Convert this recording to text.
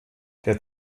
der